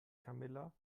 camilla